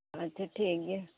ᱟᱪ ᱪᱷᱟ ᱴᱷᱤᱠ ᱜᱮᱭᱟ